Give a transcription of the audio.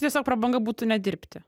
tiesiog prabanga būtų ne dirbti